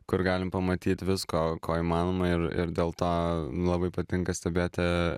kur galim pamatyt visko ko įmanoma ir ir dėl to labai patinka stebėti